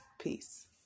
Peace